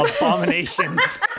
abominations